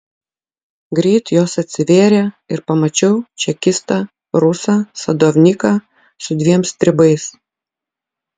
greit jos atsivėrė ir pamačiau čekistą rusą sadovniką su dviem stribais